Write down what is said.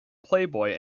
playboy